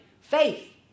Faith